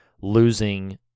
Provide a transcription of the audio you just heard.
losing